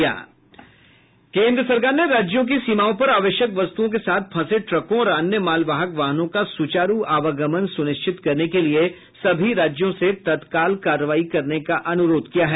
केन्द्र सरकार ने राज्यों की सीमाओं पर आवश्यक वस्तुओं के साथ फंसे ट्रकों और अन्य मालवाहक वाहनों का सुचारू आवागमन सुनिश्चित करने के लिए सभी राज्यों से तत्काल कार्रवाई करने का अनुरोध किया है